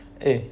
eh